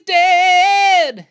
dead